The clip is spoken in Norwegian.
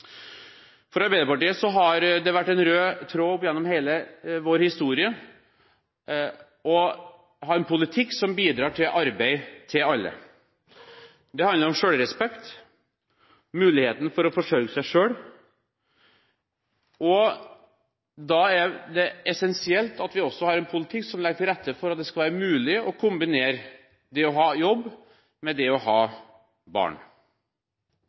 For Arbeiderpartiet har det vært en rød tråd opp gjennom hele vår historie å ha en politikk som bidrar til arbeid til alle. Det handler om selvrespekt og muligheten til å forsørge seg selv, og da er det essensielt at vi også har en politikk som legger til rette for at det skal være mulig å kombinere det å ha jobb med det å ha barn.